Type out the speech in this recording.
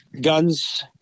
guns